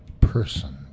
person